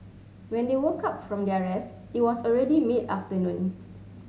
when they woke up from their rest it was already mid afternoon